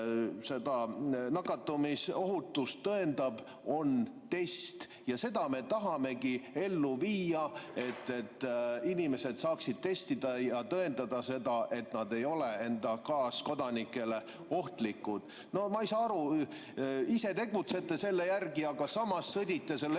nakatumisohutust tõendab, on test ja seda me tahamegi ellu viia, et inimesed saaksid testida ja tõendada seda, et nad ei ole enda kaaskodanikele ohtlikud. Ma ei saa aru. Ise tegutsete selle ettepaneku järgi, aga samas sõdite sellele